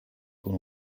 con